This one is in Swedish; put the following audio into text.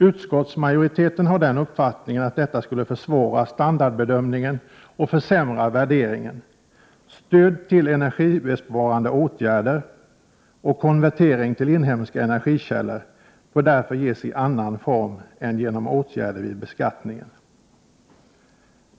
Utskottsmajoriteten har den uppfattningen att detta skulle försvåra standardbedömningen och försämra värderingen. Stöd till energibesparande åtgärder och konvertering till inhemska energikällor bör därför ges i en annan form än genom åtgärder vid beskattningen.